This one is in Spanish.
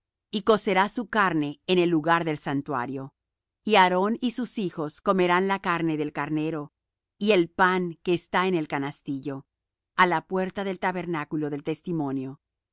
y cocerás su carne en el lugar del santuario y aarón y sus hijos comerán la carne del carnero y el pan que está en el canastillo á la puerta del tabernáculo del testimonio